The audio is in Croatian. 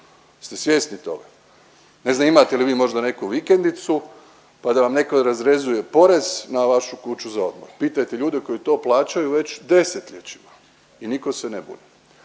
Ste svjesni toga? Ne znam imate li vi možda neku vikendicu pa da vam netko razrezuje porez na vašu kuću za odmor. Pitajte ljude koji to plaćaju već desetljećima i nitko se ne buni.